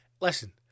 Listen